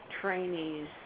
trainees